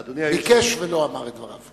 ביקש ולא אמר את דבריו.